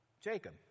Jacob